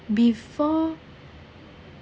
before